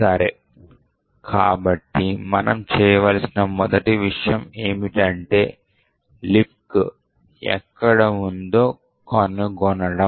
సరే కాబట్టి మనం చేయవలసిన మొదటి విషయం ఏమిటంటే లిబ్క్ ఎక్కడ ఉందో కనుగొనడం